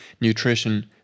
nutrition